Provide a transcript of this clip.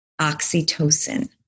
Oxytocin